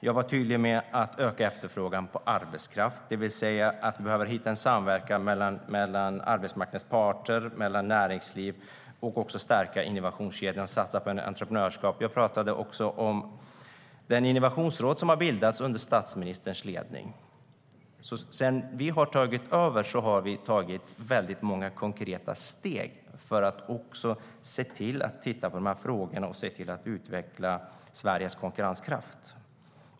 Jag var tydlig med att vi ska öka efterfrågan på arbetskraft, att vi behöver hitta en samverkan mellan arbetsmarknadens parter och näringsliv, stärka innovationskedjan och även satsa på entreprenörskap. Jag talade också om det innovationsråd som har bildats under statsministerns ledning. Sedan vi tog över har vi tagit många konkreta steg för att titta på frågorna och se till att utveckla Sveriges konkurrenskraft.